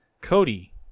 Cody